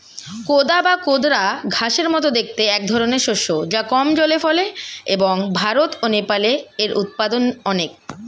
কোদা বা কোদরা ঘাসের মতো দেখতে একধরনের শস্য যা কম জলে ফলে এবং ভারত ও নেপালে এর উৎপাদন অনেক